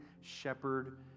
shepherd